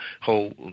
whole